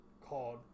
called